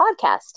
podcast